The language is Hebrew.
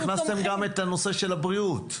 הכנסתם גם את הנושא של הבריאות.